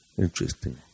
Interesting